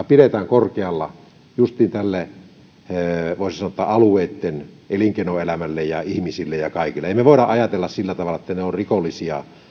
pidämme sen korkealla voisi sanoa justiin alueitten elinkeinoelämälle ihmisille ja kaikelle emme me voi ajatella sillä tavalla että he ovat rikollisia